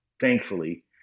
thankfully